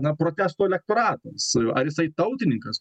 na protesto elektoratas ar jisai tautininkas